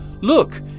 Look